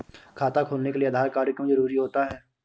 खाता खोलने के लिए आधार कार्ड क्यो जरूरी होता है?